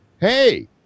Hey